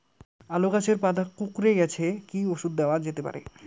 আলু গাছের পাতা কুকরে গেছে কি ঔষধ দেওয়া যেতে পারে?